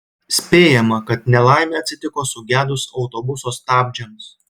spėjama kad nelaimė atsitiko sugedus autobuso stabdžiams